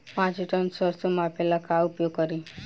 पाँच टन सरसो मापे ला का उपयोग करी?